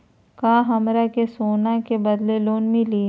का हमरा के सोना के बदले लोन मिलि?